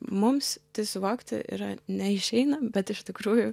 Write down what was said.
mums tai suvokti yra neišeina bet iš tikrųjų